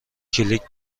کلیک